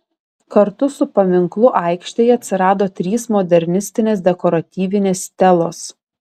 kartu su paminklu aikštėje atsirado trys modernistinės dekoratyvinės stelos